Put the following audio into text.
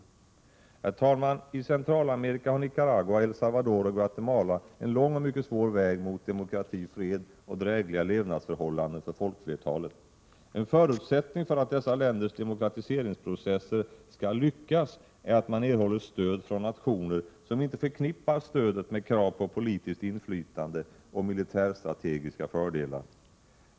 Herr talman! I Centralamerika har Nicaragua, El Salvador och Guatemala en lång och mycket svår väg mot demokrati, fred och drägliga levnadsförhållanden för folkflertalet. En förutsättning för att dessa länders demokratiseringsprocesser skall lyckas är att man erhåller stöd från nationer som inte förknippar stödet med krav på politiskt inflytande och militärstrategiska fördelar.